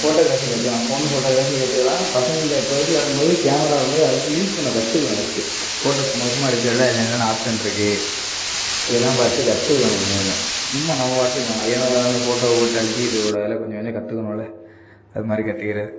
photography கற்றுக்கலாம் phone ஃபோட்டோக்ராஃபியும் கற்றுக்கலாம் பசங்கள்ட்ட எப்பவாச்சும் வரும் போது கேமரா இருக்கும் போது அதுக்கு யூஸ் பண்ணக் கற்றுக்கங்க ஃபஸ்ட்டு ஃபோட்டோ சும்மா சும்மா எடுக்கிறத விட அதில் என்னென்ன ஆப்சன் இருக்குது இதெல்லாம் பார்த்துக் கற்றுக்குணும் கொஞ்சம் கொஞ்சம் சும்மா நம்ம பாட்டுக்கு ஏனோ தானோனு ஃபோட்டோ போட்டு அழுத்திட்டு இருக்கக்கூடாதில்லை கொஞ்சம் கொஞ்சம் கத்துக்கணும்ல அது மாதிரி கற்றுக்கிறது